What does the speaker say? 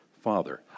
Father